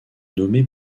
nommé